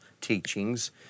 teachings